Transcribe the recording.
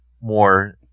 more